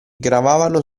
gravavano